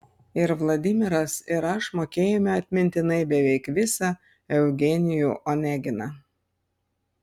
ir vladimiras ir aš mokėjome atmintinai beveik visą eugenijų oneginą